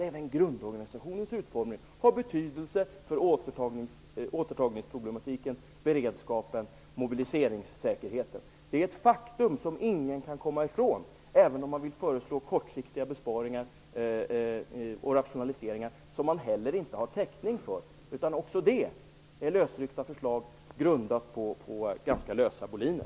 Även grundorganisationens utformning har betydelse för återtagningsproblematiken, beredskapen och mobiliseringssäkerheten. Det är ett faktum som ingen kan komma ifrån, även om man vill föreslå kortsiktiga besparingar och rationaliseringar som man heller inte har täckning för. Även det är lösryckta förslag som går på ganska lösa boliner.